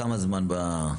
כמה זמן אתה עובד?